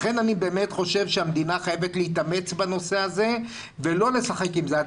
לכן אני באמת חושב שהמדינה חייבת להתאמץ בנושא הזה ולא לשחק עם זה.